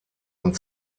und